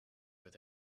with